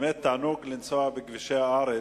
באמת תענוג לנסוע בכבישי הארץ.